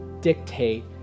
dictate